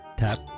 tap